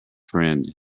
friend